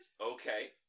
Okay